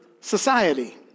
society